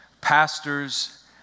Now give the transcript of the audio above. pastors